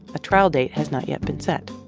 a trial date has not yet been set.